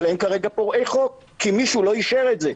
אבל הם כרגע פורעי חוק כי מישהו לא אישר את זה.